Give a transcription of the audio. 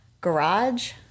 garage